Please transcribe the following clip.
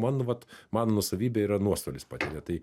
man vat man nuosavybė yra nuostolis patiria tai